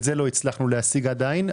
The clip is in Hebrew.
את זה לא הצלחנו להשיג עדיין.